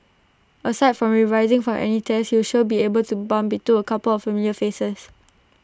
aside from revising for any tests you shall be sure to bump into A couple of familiar faces